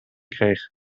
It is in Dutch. kreeg